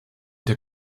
der